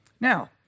Now